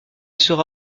sera